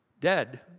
dead